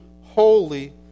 holy